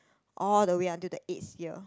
all the way until the eighth year